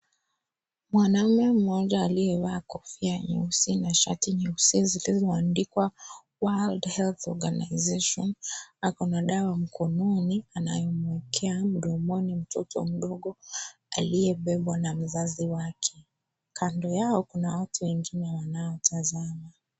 Mwanaume mmoja aliyevaa kofia nyeusi na shati nyeusi zilizoandikwa world health organisation ako na dawa mkononi anayemwekea mdomoni mtoto mdogo aliyebebwa na mzazi wake, kando yake kuna watu wengine wanaotazama.